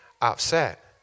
upset